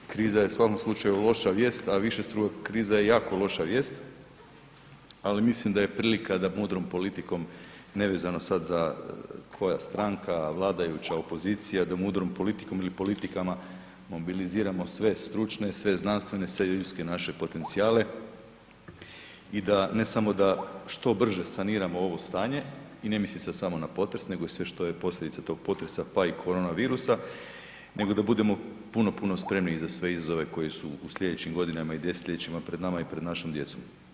Kriza je u svakom slučaju loša vijest, a višestruka kriza je jako loša vijest, ali mislim da je prilika da mudrom politikom nevezano sad za koja stranka vladajuća, opozicija da mudrom politikom ili politikama mobiliziramo sve stručne, sve znanstvene, sve ljudske naše potencijale i ne samo da što brže saniramo ovo stanje i mislim sad damo na potres nego i sve što je posljedica tog potresa pa i korona virusa nego da budemo puno, puno spremniji za sve izazove koji su u sljedećim godinama i desetljećima pred nama i pred našom djecom.